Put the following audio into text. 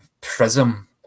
prism